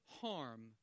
harm